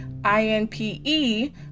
INPE